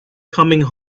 coming